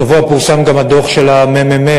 השבוע פורסם גם הדוח של הממ"מ,